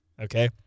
Okay